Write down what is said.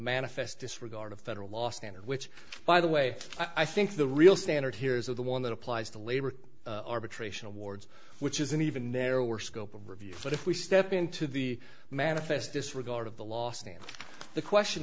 manifest disregard of federal law standard which by the way i think the real standard here is of the one that applies to labor arbitration awards which is an even narrower scope of review but if we step into the manifest disregard of the last name the question